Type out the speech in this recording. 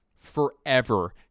forever